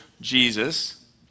Jesus